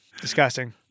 disgusting